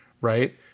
right